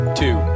two